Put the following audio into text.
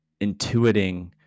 intuiting